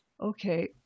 Okay